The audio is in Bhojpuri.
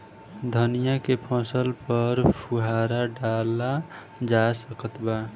धनिया के फसल पर फुहारा डाला जा सकत बा?